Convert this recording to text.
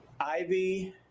Ivy